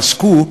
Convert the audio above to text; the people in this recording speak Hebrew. פסקו: